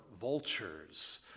vultures